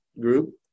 group